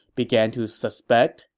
began to suspect,